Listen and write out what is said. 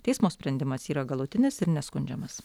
teismo sprendimas yra galutinis ir neskundžiamas